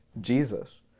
Jesus